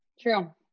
true